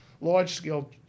large-scale